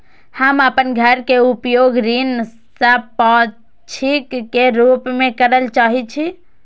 हम अपन घर के उपयोग ऋण संपार्श्विक के रूप में करल चाहि छी